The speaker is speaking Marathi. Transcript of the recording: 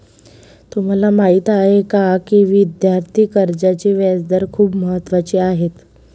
तुम्हाला माहीत आहे का की विद्यार्थी कर्जाचे व्याजदर खूप महत्त्वाचे आहेत?